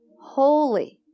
holy